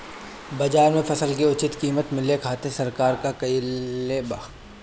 बाजार में फसल के उचित कीमत मिले खातिर सरकार का कईले बाऽ?